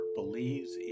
believes